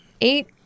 eight